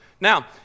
Now